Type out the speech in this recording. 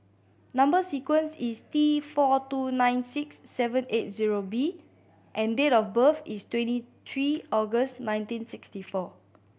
number sequence is T four two nine six seven eight zero B and date of birth is twenty three August nineteen sixty four